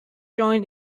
join